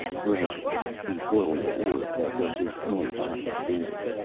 gradually, the glowing orb that was his own body faded.